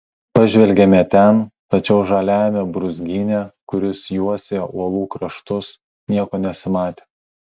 pažvelgėme ten tačiau žaliajame brūzgyne kuris juosė uolų kraštus nieko nesimatė